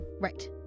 Right